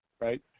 right